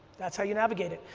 that's how you navigate it.